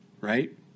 right